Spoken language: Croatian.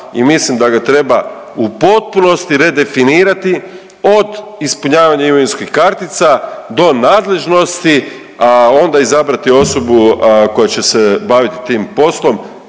i mislim da ga treba u potpunosti redefinirati od ispunjavanja imovinskih kartica do nadležnosti, a onda izabrati osobu koja će se baviti tim poslom,